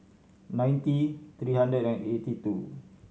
ninety three hundred and eighty two